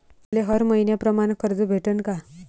मले हर मईन्याप्रमाणं कर्ज भेटन का?